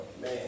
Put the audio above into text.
man